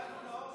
למה אתה אומר?